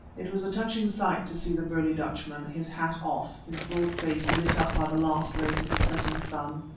it was a touching sight to see the burly dutchman, his hat off, his broad face lit up by the last rays of the setting sun,